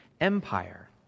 Empire